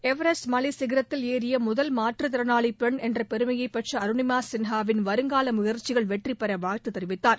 Everest மலைச்சிகரத்தில் ஏறிய முதல் மாற்றுத்திறனாளி பெண் என்ற பெருமையைப் பெற்ற அருனிமா சின்ஹாவின் முயற்சிகள் வெற்றி பெற வாழ்த்து தெரிவித்தார்